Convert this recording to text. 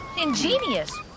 Ingenious